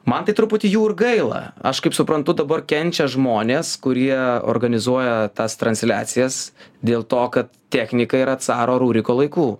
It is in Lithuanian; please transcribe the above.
man tai truputį jų ir gaila aš kaip suprantu dabar kenčia žmonės kurie organizuoja tas transliacijas dėl to kad technika yra caro ruriko laikų